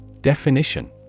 Definition